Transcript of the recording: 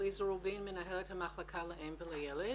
מנהלת המחלקה לאם ולילד,